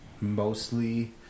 mostly